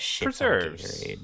preserves